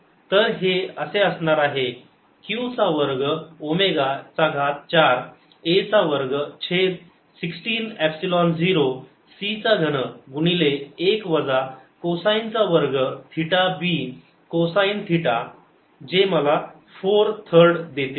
Sq24A23220c3 r2Powerarea Total power q24A23220c3 r2dcosθdϕr2q24A23220c3×2π 111 cos2dcosθ तर हे असणार आहे q चा वर्ग ओमेगा चा घात चार a चा वर्ग छेद 16 एपसिलोन झिरो c चा घन गुणिले एक वजा कोसाईन चा वर्ग थिटा b कोसाईन थिटा जे मला फोर थर्ड देते